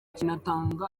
kinatanga